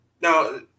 Now